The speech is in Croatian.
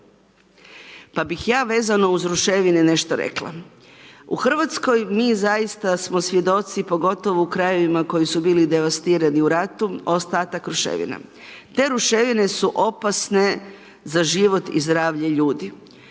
pa bih ja vezano uz ruševine nešto rekla. U Hrvatskoj mi zaista smo svjedoci pogotovo u krajevima koji su bili devastirani u ratu, ostatak ruševina. Te ruševine su opasne za život i zdravlje ljudi.